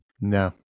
No